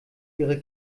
ihre